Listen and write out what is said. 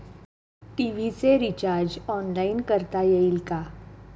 TV चे recharge online करता येईल का?